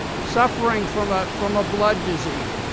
suffering from ah from a blood disease.